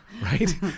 right